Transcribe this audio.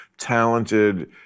talented